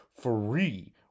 free